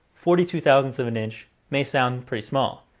forty two thousandths of an inch may sound pretty small,